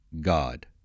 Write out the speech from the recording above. God